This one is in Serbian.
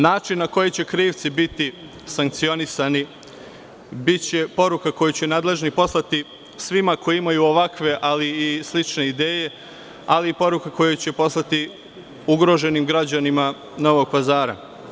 Način na koji će krivci biti sankcionisani biće poruka koju će nadležni poslati svima koji imaju ovakve, ali i slične ideje, ali i poruka koju će poslati ugroženim građanima Novog Pazara.